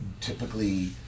typically